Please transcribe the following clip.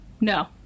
no